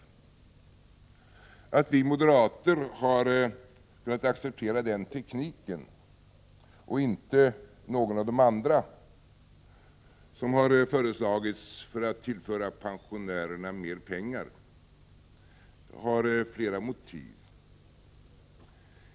Motiven till att vi moderater har velat acceptera den tekniken och inte någon av de andra som har föreslagits när det gäller att tillföra pensionärerna mer pengar är flera.